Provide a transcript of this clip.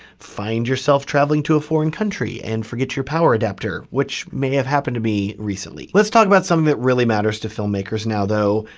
find yourself traveling to a foreign country and forget your power adapter, which may have happened to me recently. let's talk about something that really matters to filmmakers now though,